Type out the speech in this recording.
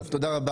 טוב, תודה רבה.